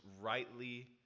rightly